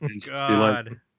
God